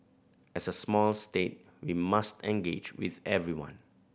as a small state we must engage with everyone